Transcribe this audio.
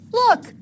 look